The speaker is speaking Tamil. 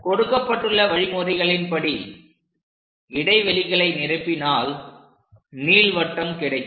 கொடுக்கப்பட்டுள்ள வழிமுறைகளின் படி இடைவெளிகளை நிரப்பினால் நீள்வட்டம் கிடைக்கும்